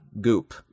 goop